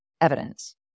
evidence